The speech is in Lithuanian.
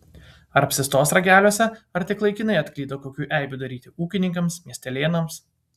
ar apsistos rageliuose ar tik laikinai atklydo kokių eibių daryti ūkininkams miestelėnams